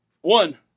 one